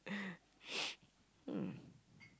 um